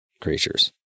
creatures